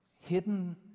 hidden